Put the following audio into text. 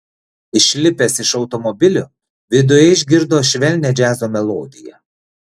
išlipęs iš automobilio viduje išgirdo švelnią džiazo melodiją